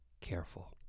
careful